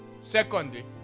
Secondly